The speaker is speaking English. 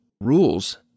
rules